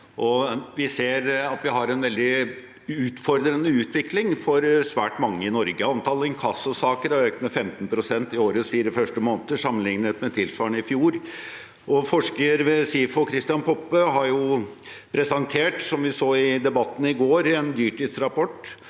vi ser at vi har en veldig utfordrende utvikling for svært mange i Norge. Antall inkassosaker har økt med 15 pst. i årets fire første måneder, sammenlignet med tilsvarende i fjor. Forsker Christian Poppe ved SIFO har presentert – som